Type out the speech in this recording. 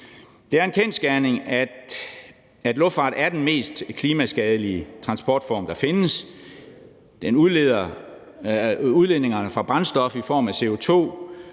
Det er en kendsgerning, at luftfart er den mest klimaskadelige transportform, der findes. Det gælder udledningerne fra brændstof i form af CO2